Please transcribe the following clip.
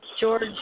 George